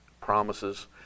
promises